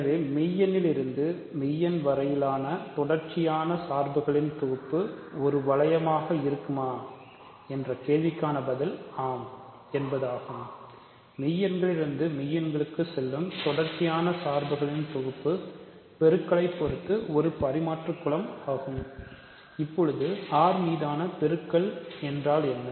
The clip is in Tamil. எனவே மெய் எண்ணில் இருந்து மெய்யண் வரையிலான தொடர்ச்சியான சார்புகளின் தொகுப்பு ஒரு வளையமாக இருக்குமா என்ற கேள்விக்கான பதில் ஆம் என்பது ஆகும் மெய் எண்களில் இருந்து மெய் எண்களுக்கு செல்லும் தொடர்ச்சியான சார்புகளின் தொகுப்பு பெருக்கலை பொறுத்து ஒரு பரிமாற்று குலம் ஆகும் இப்போது R மீதான பெருக்கல் என்றால் என்ன